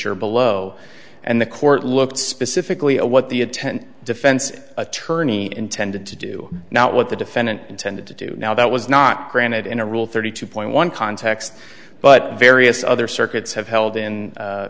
e below and the court looked specifically what the a ten defense attorney intended to do not what the defendant intended to do now that was not granted in a rule thirty two point one context but various other circuits have held in